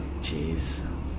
Jeez